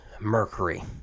mercury